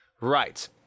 Right